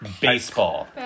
Baseball